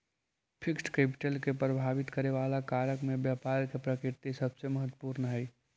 fixed capital के प्रभावित करे वाला कारक में व्यापार के प्रकृति सबसे महत्वपूर्ण हई